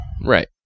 right